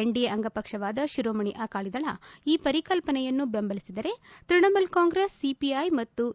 NDA ಅಂಗಪಕ್ಷವಾದ ಶಿರೋಮಣಿ ಅಕಾಲಿದಳ ಈ ಪರಿಕಲ್ಪನೆಯನ್ನು ಬೆಂಬಸಲಿಸಿದರೆ ತ್ಯಣಮೂಲ ಕಾಂಗ್ರೆಸ್ ಸಿಪಿಐ ಮತ್ತು